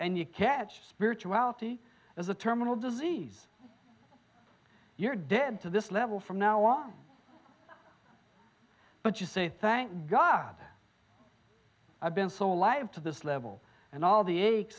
and you catch spirituality as a terminal disease you're dead to this level from now on but you say thank god i've been so alive to this level and all the aches